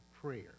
prayer